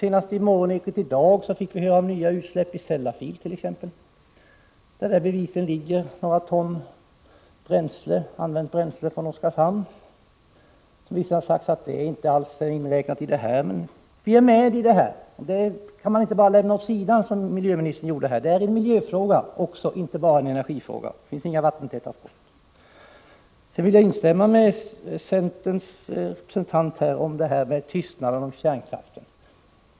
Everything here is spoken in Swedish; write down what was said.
Senast i Morgonekot i dag fick vi höra om nya utsläpp i Sellafield, där det bevisligen ligger några ton använt bränsle från Oskarshamn. Avfallsfrågan kan man inte bara lämna åt sidan som miljöministern här gjorde. Det är inte bara en energifråga — det är också en miljöfråga. Det finns inga vattentäta skott mellan de områdena. Jag vill sedan instämma i vad centerns representant sade om tystnaden om kärnkraften.